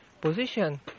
position